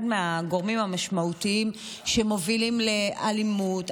מהגורמים המשמעותיים שמובילים לאלימות,